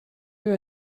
you